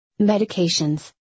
Medications